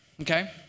okay